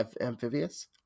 amphibious